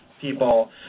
people